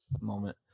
moment